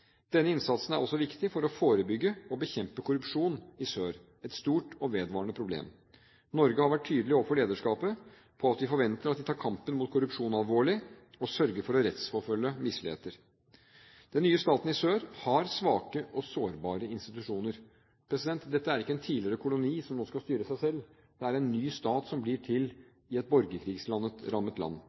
Denne innsatsen er også viktig for å forebygge og bekjempe korrupsjon i sør – et stort og vedvarende problem. Norge har vært tydelig overfor lederskapet på at vi forventer at de tar kampen mot korrupsjon alvorlig og sørger for å rettsforfølge misligheter. Den nye staten i sør har svake og sårbare institusjoner. Dette er ikke en tidligere koloni som nå skal styre seg selv. Det er en ny stat som blir til i et borgerkrigsrammet land.